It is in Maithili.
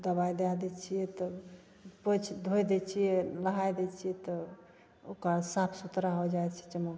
दवाइ दै दै छिए तब पोछि धोइ दै छिए नहै दै छिए तब ओकरा साफ सुथरा हो जाइ छै चमोक्कनि